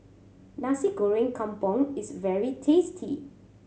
Nasi Goreng Kampung is very tasty